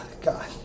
God